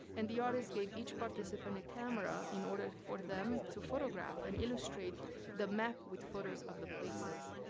and the artist gave each participant a camera in order for them to photograph and illustrate the map with photos of the places.